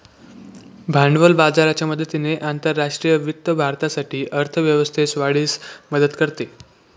भांडवल बाजाराच्या मदतीने आंतरराष्ट्रीय वित्त भारतासाठी अर्थ व्यवस्थेस वाढीस मदत करते